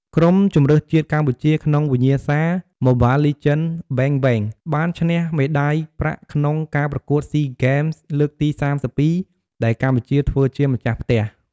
ក្រុមជម្រើសជាតិកម្ពុជាក្នុងវិញ្ញាសា Mobile Legends: Bang Bang បានឈ្នះមេដៃប្រាក់ ក្នុងការប្រកួត SEA Games លើកទី៣២ ដែលកម្ពុជាធ្វើជាម្ចាស់ផ្ទះ។